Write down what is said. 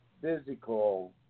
physical